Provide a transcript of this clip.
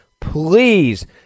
Please